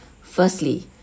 Firstly